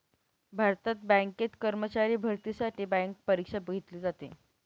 भारतात बँकेत कर्मचारी भरतीसाठी बँक परीक्षा घेतली जाते